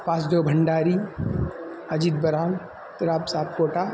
Vasudev Bhandari Ajit Barav Tirab Satkota